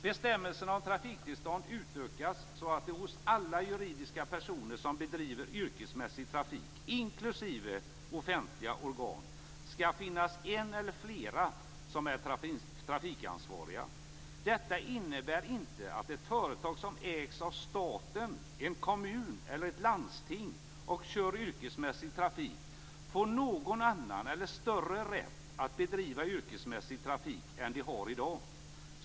Bestämmelserna om trafiktillstånd utökas så att det hos alla juridiska personer som bedriver yrkesmässig trafik, inklusive offentliga organ, skall finnas en eller flera som är trafikansvariga. Detta innebär inte att ett företag som ägs av staten, en kommun eller ett landsting och som kör yrkesmässig trafik får någon annan eller större rätt att bedriva yrkesmässig trafik än de har i dag.